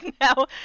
now